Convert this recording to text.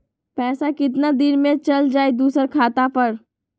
पैसा कितना दिन में चल जाई दुसर खाता पर?